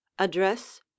Address